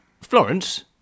Florence